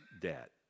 debt